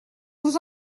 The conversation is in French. vous